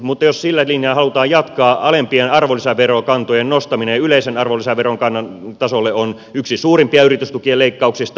mutta jos sillä linjalla halutaan jatkaa alempien arvonlisäverokantojen nostaminen yleisen arvonlisäverokannan tasolle on yksi suurimpia yritystukien leikkauksista